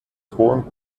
ton